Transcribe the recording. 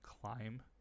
climb